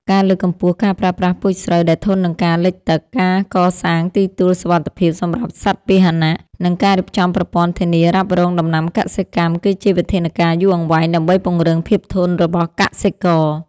ការលើកកម្ពស់ការប្រើប្រាស់ពូជស្រូវដែលធន់នឹងការលិចទឹក ការកសាងទីទួលសុវត្ថិភាពសម្រាប់សត្វពាហនៈ និងការរៀបចំប្រព័ន្ធធានារ៉ាប់រងដំណាំកសិកម្ម គឺជាវិធានការយូរអង្វែងដើម្បីពង្រឹងភាពធន់របស់កសិករ។